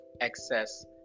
excess